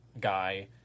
guy